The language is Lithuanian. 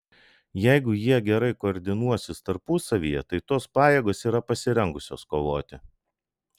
jeigu jie gerai koordinuosis tarpusavyje tai tos pajėgos yra pasirengusios kovoti